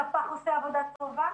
השפ"ח עושה עבודה טובה